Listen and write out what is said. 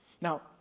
Now